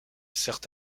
sert